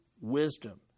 wisdom